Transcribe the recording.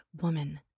woman